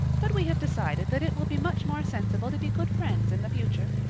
but we have decided that it will be much more sensible to be good friends in the future.